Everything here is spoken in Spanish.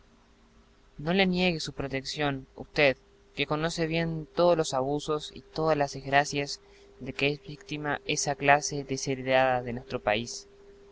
no le niegue su protección ud que conoce bien todos los abusos y todas las desgracias de que es víctima esa clase desheredada de nuestro país